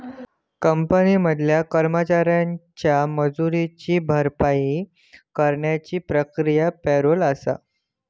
company मधल्या कर्मचाऱ्यांच्या मजुरीची भरपाई करण्याची प्रक्रिया पॅरोल आसा